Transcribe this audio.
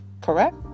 Correct